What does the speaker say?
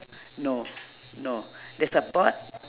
no no there's a pot